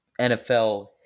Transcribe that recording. NFL